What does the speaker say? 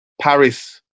Paris